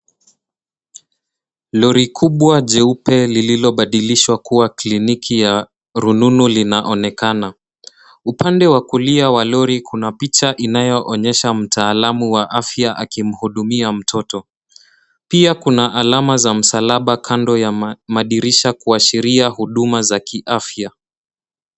Lori kubwa jeupe lililo badilishwa kuwa kliniki ya rununu linaonekana. Upande wakulia wa lori kuna picha inayo onyesha mtaalamu wa afya akimhudumia mtoto. Pia kuna alama za msalaba kando ya madirisha kuashiria huduma za kiafya.